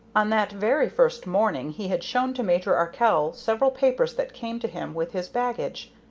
on that very first morning he had shown to major arkell several papers that came to him with his baggage.